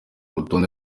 rutonde